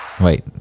Wait